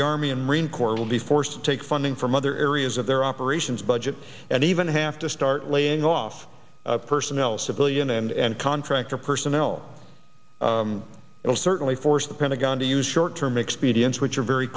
the army and marine corps will be forced to take funding from other areas of their operations budget and even have to start laying off personnel civilian and contractor personnel will certainly force the pentagon to use short term expedients which are very